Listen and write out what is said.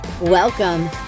welcome